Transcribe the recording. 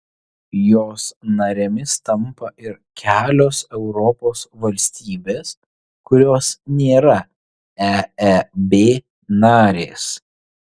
jos narėmis tampa ir kelios europos valstybės kurios nėra eeb narės